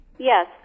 Yes